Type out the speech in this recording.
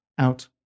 out